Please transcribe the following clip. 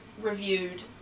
reviewed